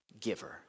giver